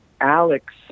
Alex